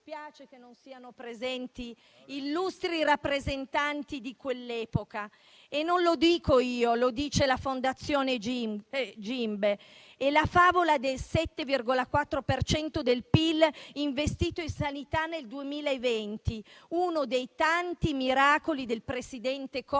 Mi dispiace che non siano presenti illustri rappresentanti di quell'epoca. Non lo dico io, lo dice la fondazione GIMBE. E ricordo anche la favola del 7,4 per cento del PIL investito in sanità nel 2020, uno dei tanti miracoli del presidente Conte,